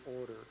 order